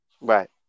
Right